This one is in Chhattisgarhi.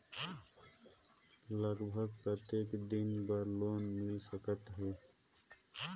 लगभग कतेक दिन बार लोन मिल सकत हे?